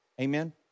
Amen